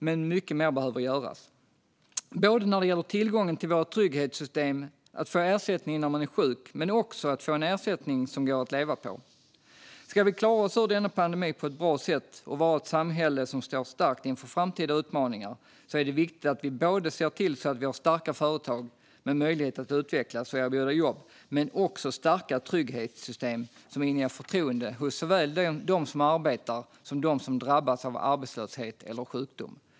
Men mycket mer behöver göras när det gäller tillgången till våra trygghetssystem, att få ersättning när man är sjuk och att få en ersättning som det går att leva på. Ska vi klara oss ur denna pandemi på ett bra sätt och vara ett samhälle som står starkt inför framtida utmaningar är det viktigt att vi ser till att vi har starka företag med möjlighet att utvecklas och som kan erbjuda jobb samt starka trygghetssystem som inger förtroende hos såväl dem som arbetar som dem som drabbas av arbetslöshet eller sjukdom.